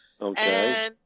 Okay